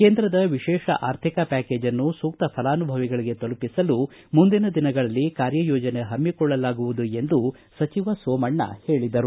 ಕೇಂದ್ರದ ವಿಶೇಷ ಅರ್ಥಿಕ ಪ್ಲಾಕೇಜ್ನ್ನು ಸೂಕ್ತ ಫಲಾನುಭವಿಗಳಿಗೆ ತಲುಪಿಸಲು ಮುಂದಿನ ದಿನಗಳಲ್ಲಿ ಕಾರ್ಯ ಯೋಜನೆ ಹಮ್ನಿಕೊಳ್ಳಲಾಗುವುದು ಎಂದೂ ಸಚಿವ ಸೋಮಣ್ಣ ಹೇಳಿದರು